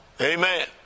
Amen